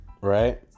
Right